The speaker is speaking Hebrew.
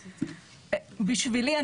בשבילי,